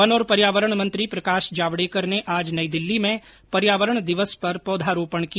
one और पर्यावरण मंत्री प्रकाश जावड़ेकर ने आज नई दिल्ली में पर्यावरण दिवस पर पौधारोपण किया